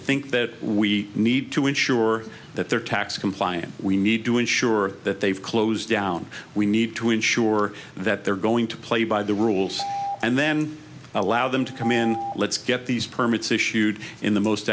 think that we need to ensure that there are tax compliance we need to ensure that they've closed down we need to ensure that they're going to play by the rules and then allow them to come in let's get these permits issued in the most